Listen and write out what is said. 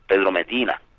pedro medina,